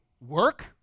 work